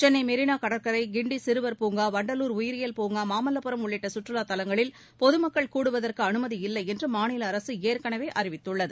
சென்னை மெரினா கடற்கரை கிண்டி சிறுவர் பூங்கா வண்டலூர் உயிரியல் பூங்கா மாமல்வபுரம் உள்ளிட்ட சுற்றுவாத் தலங்களில் பொதுமக்கள் கூடுவதற்கு அனுமதியில்லை என்று மாநில அரசு ஏற்கனவே அறிவித்துள்ளது